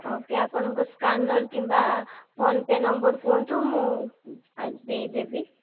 ଓ କେ ଆପଣଙ୍କ ସ୍କାନର କିମ୍ବା ଫୋନପେ ନମ୍ବର କୁହଁନ୍ତୁ ମୁଁ ଆଜି ଦେଇଦେବି